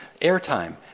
airtime